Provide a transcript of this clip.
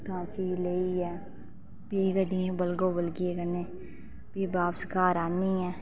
उत्थुआं चीज लेइयै फ्ही गड्ढियै गी बलगो बलगी कन्नै पिह् बापस घर आह्नियै